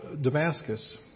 Damascus